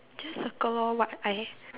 just circle what what what I